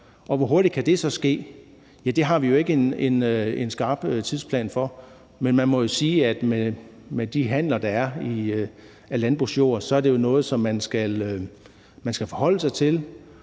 Hvor hurtigt kan det så ske? Ja, det har vi jo ikke en skarp tidsplan for, men man må jo sige, at med de handler af landbrugsjord, der er, så er det jo noget, som man skal forholde sig til.